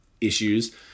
issues